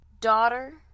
daughter